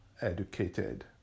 educated